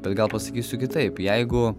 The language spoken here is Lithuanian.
bet gal pasakysiu kitaip jeigu